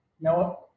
no